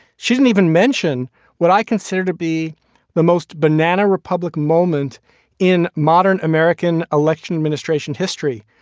she didn't even mention what i consider to be the most banana republic moment in modern american election administration history,